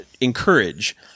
encourage